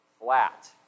flat